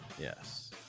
Yes